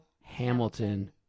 Hamilton